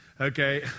Okay